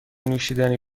نوشیدنی